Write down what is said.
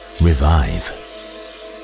Revive